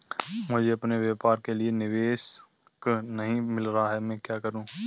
मुझे अपने व्यापार के लिए निदेशक नहीं मिल रहा है मैं क्या करूं?